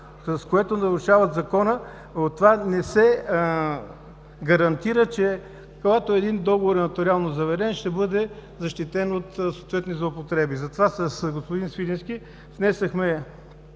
с което нарушават Закона, но с това не се гарантира, че когато един договор е нотариално заверен, ще бъде защитен от съответни злоупотреби. Затова с господин Свиленски внесохме